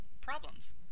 problems